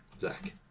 Zach